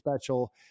special